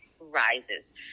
rises